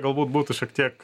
galbūt būtų šiek tiek